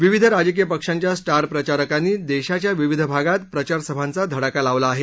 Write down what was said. विविध राजकीय पक्षांच्या स्टार प्रचारकांनी देशाच्या विविध भागात प्रचारसभांचा धडाका लावला आहे